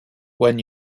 when